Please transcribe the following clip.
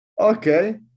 Okay